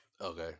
okay